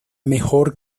mejor